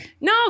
No